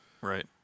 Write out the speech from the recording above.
Right